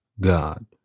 God